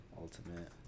ultimate